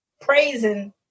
praising